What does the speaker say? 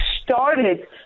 started